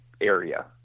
area